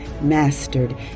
mastered